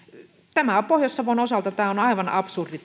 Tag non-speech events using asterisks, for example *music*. tämä esitys on pohjois savon osalta aivan absurdi *unintelligible*